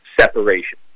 Separation